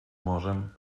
morzem